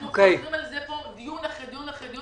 אנחנו חוזרים על זה פה דיון אחרי דיון אחרי דיון,